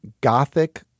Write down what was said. gothic